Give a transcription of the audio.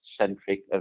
centric